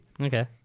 Okay